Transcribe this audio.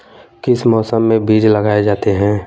किस मौसम में बीज लगाए जाते हैं?